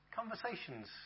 conversations